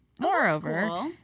Moreover